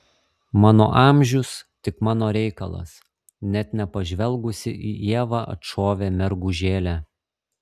mano amžius tik mano reikalas net nepažvelgusi į ievą atšovė mergužėlė